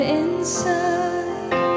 inside